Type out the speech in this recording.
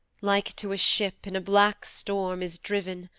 like to a ship in a black storm, is driven,